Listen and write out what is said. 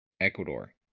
Ecuador